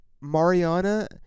Mariana